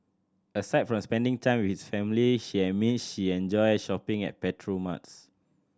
aside from spending time with family she admit she enjoys shopping at petrol marts